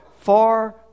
far